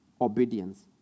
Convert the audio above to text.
obedience